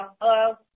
hello